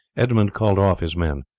edmund called off his men.